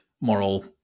moral